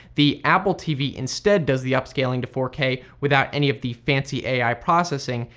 the apple tv instead does the upscaling to four k without any of the fancy ai processing,